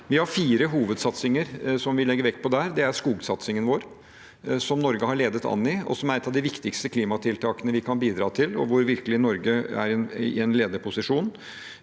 Vi har fire hovedsatsinger som vi legger vekt på: Det er skogsatsingen vår, som Norge har ledet an i, og som er et av de viktigste klimatiltakene vi kan bidra til, hvor Norge virkelig er i en ledende posisjon.